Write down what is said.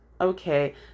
okay